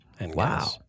Wow